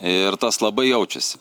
ir tas labai jaučiasi